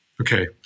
Okay